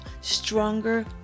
stronger